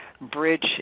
bridge